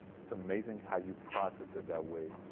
it's amazing. how you process it that way.